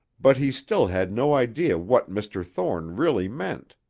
but he still had no idea what mr. thorne really meant.